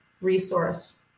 resource